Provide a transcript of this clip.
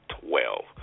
twelve